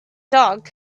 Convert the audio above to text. dog